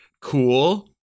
cool